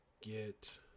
get